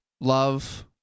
Love